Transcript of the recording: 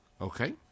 Okay